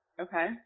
okay